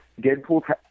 Deadpool